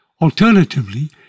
Alternatively